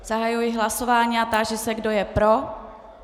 Zahajuji hlasování a táži se, kdo je pro.